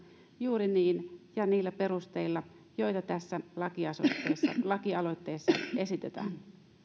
juuri niin ja niillä perusteilla joita tässä lakialoitteessa esitetään